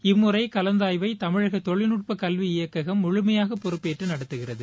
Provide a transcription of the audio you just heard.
இம்முறை கலந்தாய்வை தமிழக தொழில்நுட்ப கல்வி இயக்ககம் முழுமையாக பொறுப்பேற்று நடத்துகிறது